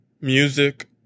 music